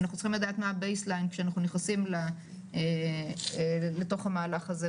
אנחנו צריכים לדעת מה ה-base line כשאנחנו נכנסים לתוך המהלך הזה.